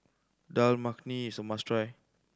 Dal Makhani is a must try